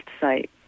site